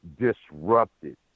disrupted